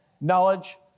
knowledge